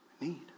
need